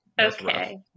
Okay